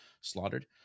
slaughtered